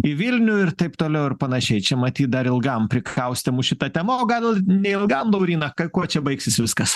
į vilnių ir taip toliau ir panašiai čia matyt dar ilgam prikaustė mus šita tema o gal neilgam lauryna kuo čia baigsis viskas